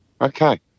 Okay